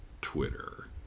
Twitter